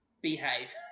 Behave